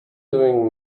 doing